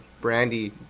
Brandy